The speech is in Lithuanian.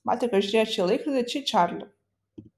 patrikas žiūrėjo čia į laikrodį čia į čarlį